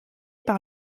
par